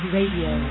Radio